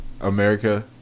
America